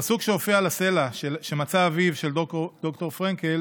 הפסוק שהופיע על הסלע שמצא אביו של ד"ר פרנקל